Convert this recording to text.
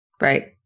Right